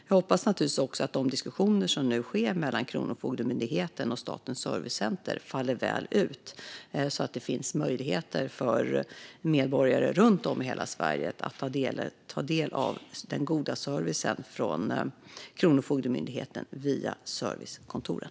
Jag hoppas naturligtvis också att de diskussioner som nu förs mellan Kronofogdemyndigheten och Statens servicecenter faller väl ut, så att det finns möjligheter för medborgare runt om i hela Sverige att ta del av den goda servicen från Kronofogdemyndigheten via servicekontoren.